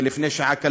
לפני שעה קלה,